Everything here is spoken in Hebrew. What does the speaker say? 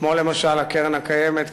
כמו למשל הקרן הקיימת,